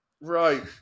Right